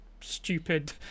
stupid